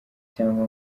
cyangwa